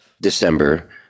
December